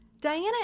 Diana